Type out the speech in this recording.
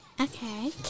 Okay